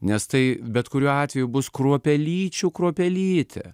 nes tai bet kuriuo atveju bus kruopelyčių kruopelytė